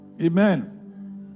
Amen